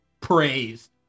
praised